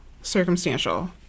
circumstantial